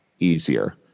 easier